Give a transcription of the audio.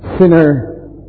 sinner